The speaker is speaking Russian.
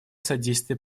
содействия